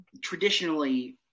traditionally